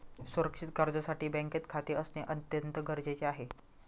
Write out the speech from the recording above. सुरक्षित कर्जासाठी बँकेत खाते असणे अत्यंत गरजेचे आहे